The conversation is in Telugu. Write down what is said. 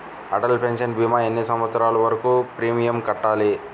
అటల్ పెన్షన్ భీమా ఎన్ని సంవత్సరాలు వరకు ప్రీమియం కట్టాలి?